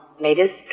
latest